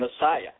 Messiah